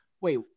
Wait